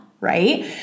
right